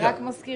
אני רק מזכירה.